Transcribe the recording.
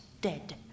dead